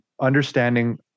understanding